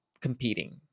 competing